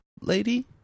lady